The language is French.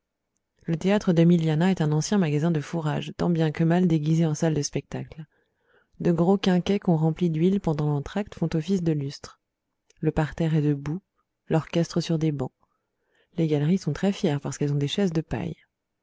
le théâtre de milianah est un ancien magasin de fourrages tant bien que mal déguisé en salle de spectacle de gros quinquets qu'on remplit d'huile pendant l'entr'acte font l'office de lustres le parterre est debout l'orchestre sur des bancs les galeries sont très fières parce qu'elles ont des chaises de paille